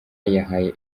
yahaye